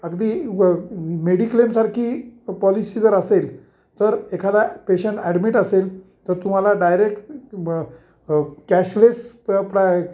अगदी व मेडिक्लेमसारखी पॉलिसी जर असेल तर एखादा पेशंट ॲडमिट ड असेल तर तुम्हाला डायरेक्ट म कॅशलेस प्राय